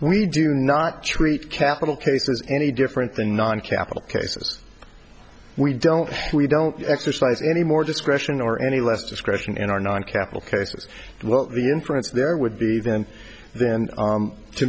we do not treat capital cases any different than non capital cases we don't we don't exercise any more discretion or any less discretion in our non capital cases what the inference there would be then then